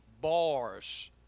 bars